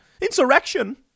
Insurrection